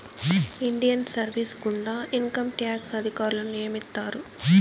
Indian service గుండా income tax అధికారులను నియమిత్తారు